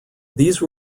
these